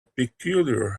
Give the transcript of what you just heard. peculiar